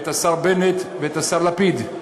השר בנט והשר לפיד,